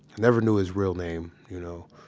never knew his real name, you know.